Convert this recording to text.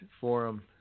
forum